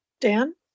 Dan